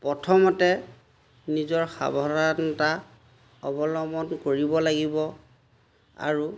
প্ৰথমতে নিজৰ সাৱধানতা অৱলম্বন কৰিব লাগিব আৰু